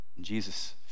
Jesus